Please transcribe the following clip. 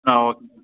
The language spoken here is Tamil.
ஆ ஓகே